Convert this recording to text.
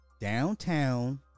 downtown